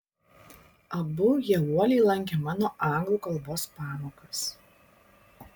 abu jie uoliai lankė mano anglų kalbos pamokas